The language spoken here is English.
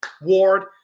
Ward